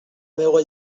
meua